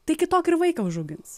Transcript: tai kitokį ir vaiką užaugins